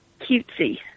cutesy